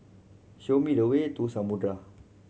show me the way to Samudera